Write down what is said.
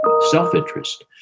self-interest